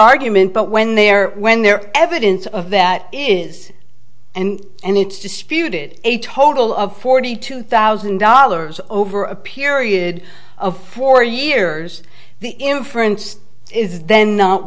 argument but when they're when their evidence of that is and and it's disputed a total of forty two thousand dollars over a period of four years the inference is then not